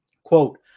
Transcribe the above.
Quote